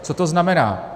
Co to znamená?